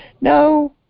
No